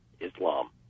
Islam